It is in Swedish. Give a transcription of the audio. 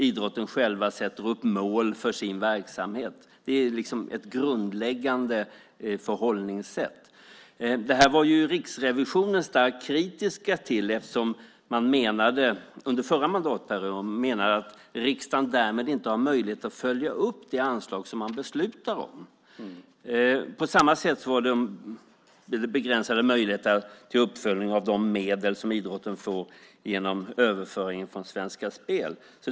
Idrotten sätter själv upp mål för sin verksamhet. Det är ett grundläggande förhållningssätt. Det här var Riksrevisionen starkt kritisk till. De menade, under förra mandatperioden, att riksdagen därmed inte har möjlighet att följa upp de anslag som man beslutar om. På samma sätt är det begränsade möjligheter till uppföljning av de medel som idrotten får genom överföringen från Svenska Spel.